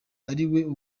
ariko